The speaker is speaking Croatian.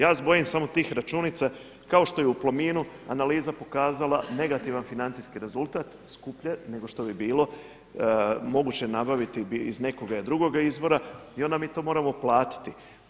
Ja se bojim samo tih računica kao što je i u Plominu analiza pokazala negativan financijski rezultat skuplje nego što bi bilo moguće nabaviti iz nekog drugoga izvora i onda mi to moramo platiti.